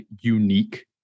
unique